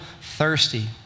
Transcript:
thirsty